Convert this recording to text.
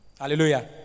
Hallelujah